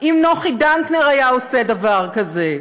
"אם נוחי דנקנר היה עושה דבר כזה?